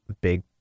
Big